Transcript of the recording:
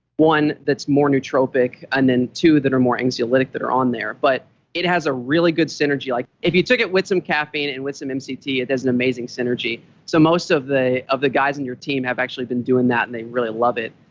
one that's more nootropic and then two that are more anxiolytic that are on there. but it has a really good synergy. like if you took it with some caffeine and with some um mct, it has an amazing synergy so most of the of the guys on and your team have actually been doing that, and they really love it.